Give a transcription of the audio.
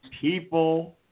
people –